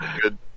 good